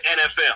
NFL